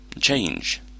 Change